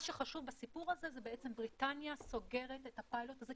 מה שחשוב בסיפור הזה הוא בעצם בריטניה סוגרת את הפיילוט הזה,